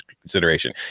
consideration